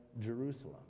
Jerusalem